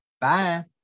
Bye